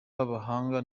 b’abahanga